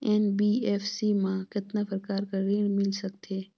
NBFC मा कतना प्रकार कर ऋण मिल सकथे?